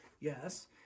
yes